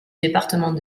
département